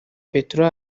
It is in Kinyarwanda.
peteroli